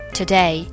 today